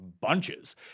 bunches